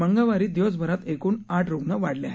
मंगळवारी दिवसभरात एकूण आठ रूग्ण वाढले आहे